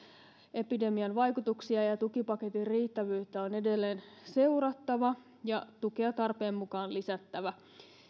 epidemian vaikutuksia ja ja tukipaketin riittävyyttä on edelleen seurattava ja tukea tarpeen mukaan lisättävä